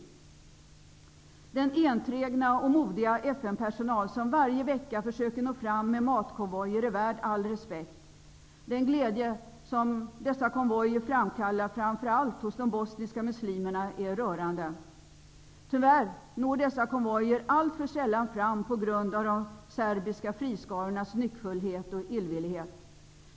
Den enträgna och modiga FN personal som varje vecka försöker nå fram med matkonvojer är värd all respekt. Den glädje som dessa konvojer framkallar, framför allt hos de bosniska muslimerna, är rörande. Tyvärr når dessa konvojer alltför sällan fram på grund av de serbiska friskarornas nyckfullhet och illvillighet.